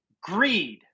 greed